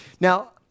Now